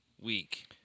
week